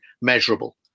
measurable